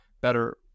better